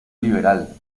liberal